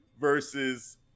versus